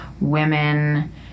women